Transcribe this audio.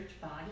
body